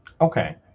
Okay